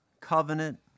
covenant